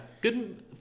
good